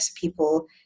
people